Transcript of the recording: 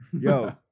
Yo